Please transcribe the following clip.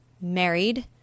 married